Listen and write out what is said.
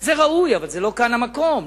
זה ראוי, אבל לא כאן המקום.